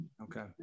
Okay